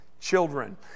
children